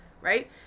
Right